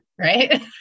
right